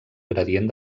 gradient